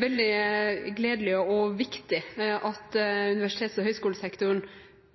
veldig gledelig og viktig at universitets- og høyskolesektoren tar det samfunnsoppdraget det er å utdanne folk til oppgaver som trengs å utføres i vårt samfunn, og